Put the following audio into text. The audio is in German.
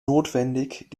notwendig